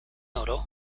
oro